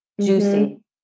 Juicy